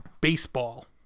baseball